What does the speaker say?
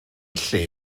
lle